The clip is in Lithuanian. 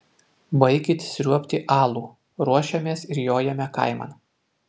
baikit sriuobti alų ruošiamės ir jojame kaiman